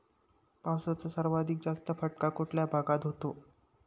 पावसाचा सर्वाधिक जास्त फटका कुठल्या भागात होतो?